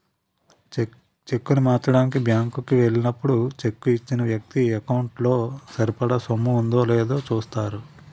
చెక్కును మార్చడానికి బ్యాంకు కి ఎల్లినప్పుడు చెక్కు ఇచ్చిన వ్యక్తి ఎకౌంటు లో సరిపడా సొమ్ము ఉందో లేదో చూస్తారు